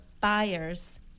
buyers